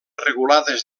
regulades